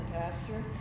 pasture